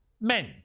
Men